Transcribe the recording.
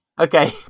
Okay